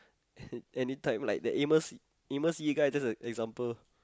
uh anytime like the Amos Amos-Yee guy just a example